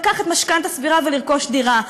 לקחת משכנתה סבירה ולרכוש דירה.